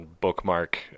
bookmark